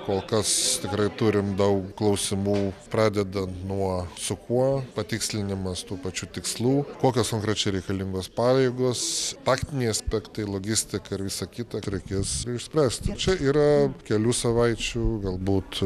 kol kas tikrai turim daug klausimų pradedant nuo su kuo patikslinimas tų pačių tikslų kokios konkrečiai reikalingos pareigos praktiniai aspektai logistika ir visa kita reikės išspręsti čia yra kelių savaičių galbūt